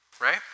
right